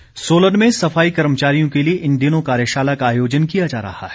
कार्यशाला सोलन में सफाई कर्मचारियों के लिए इन दिनों कार्यशाला का आयोजन किया जा रहा है